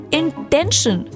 intention